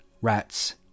Rats